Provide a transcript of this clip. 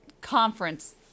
conference